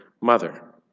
mother